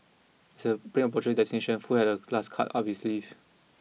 as the plane approached its destination Foo had a last card up his sleeve